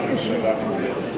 על שולחן הממשלה הקודמת.